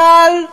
צה"ל,